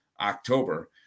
October